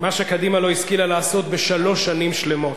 מה שקדימה לא השכילה לעשות בשלוש שנים שלמות.